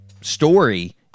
story